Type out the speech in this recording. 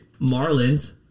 Marlins